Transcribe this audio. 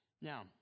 Now